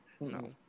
No